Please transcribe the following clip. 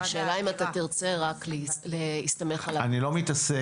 השאלה אם אתה תרצה רק להסתמך רק על --- אני לא מתעסק.